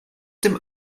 dem